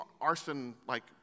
arson-like